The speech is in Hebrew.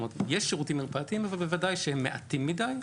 יש שירותים מרפאתיים אבל בוודאי שהם מעטים מידי,